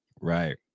Right